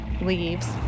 leaves